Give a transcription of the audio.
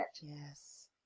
Yes